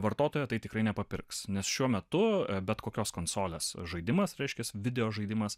vartotojo tai tikrai nepapirks nes šiuo metu bet kokios konsolės žaidimas reiškias video žaidimas